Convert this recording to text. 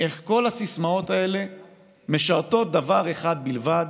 איך כל הסיסמאות האלה משרתות דבר אחד בלבד,